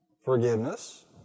Forgiveness